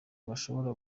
bashobora